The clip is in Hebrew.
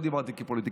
לא דיברתי כפוליטיקאי,